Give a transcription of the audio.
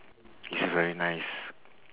is very nice